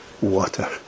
water